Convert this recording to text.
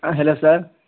hello sir